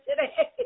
today